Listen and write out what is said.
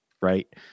right